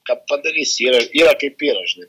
kad padarysi yra yra kaip yra žinai